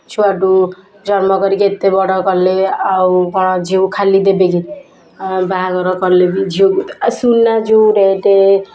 ଛୁଆଠୁ ଜନ୍ମ କରିକି ଏତେ ବଡ଼ କଲେ ଆଉ କଣ ଝିଅକୁ ଖାଲି ଦେବେ କି ଆଉ ବାହାଘର କଲେ ବି ଝିଅକୁ ସୁନା ଯେଉଁ ରେଟ୍